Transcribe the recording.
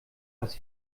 was